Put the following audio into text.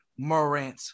Morant